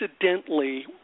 accidentally